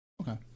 okay